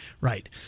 right